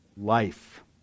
life